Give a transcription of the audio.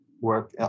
work